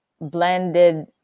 blended